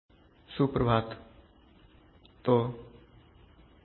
शब्द संग्रह plant control PID control transfer function control प्रदर्शन स्टेट त्रुटि सुप्रभात